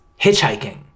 hitchhiking